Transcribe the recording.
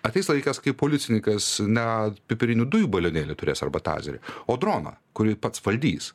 ateis laikas kai policininkas ne pipirinių dujų balionėlį turės arba tazerį o droną kurį pats valdys